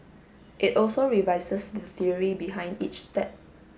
it also revises the theory behind each step